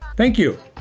thank you.